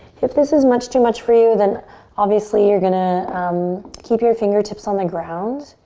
if this is much too much for you then obviously you're gonna um keep your fingertips on the ground.